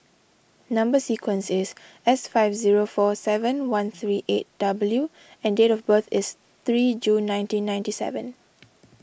Number Sequence is S five zero four seven one three eight W and date of birth is three June nineteen ninety seven